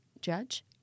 judge